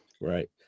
Right